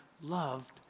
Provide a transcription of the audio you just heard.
loved